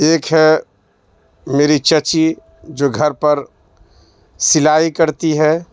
ایک ہے میری چچی جو گھر پر سلائی کرتی ہے